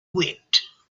wept